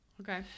Okay